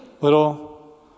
little